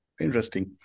Interesting